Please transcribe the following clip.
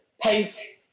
pace